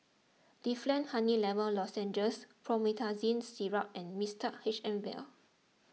Difflam Honey Lemon Lozenges Promethazine Syrup and Mixtard H M Vial